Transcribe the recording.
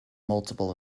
multiple